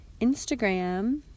instagram